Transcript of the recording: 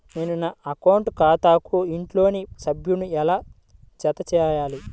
నేను నా అకౌంట్ ఖాతాకు ఇంట్లోని సభ్యులను ఎలా జతచేయాలి?